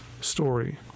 story